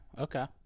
Okay